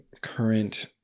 current